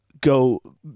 go